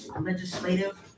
legislative